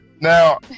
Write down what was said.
Now